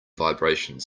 vibrations